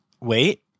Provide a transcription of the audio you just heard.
Wait